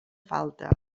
falta